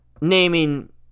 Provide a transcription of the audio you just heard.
naming